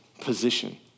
position